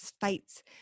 fights